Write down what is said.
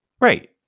right